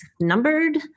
numbered